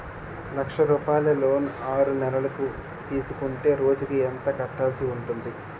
లక్ష రూపాయలు లోన్ ఆరునెలల కు తీసుకుంటే రోజుకి ఎంత కట్టాల్సి ఉంటాది?